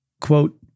quote